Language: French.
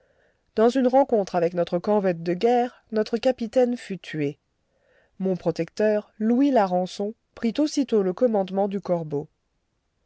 dans une rencontre avec une corvette de guerre notre capitaine fut tué mon protecteur louis larençon prit aussitôt le commandement du corbeau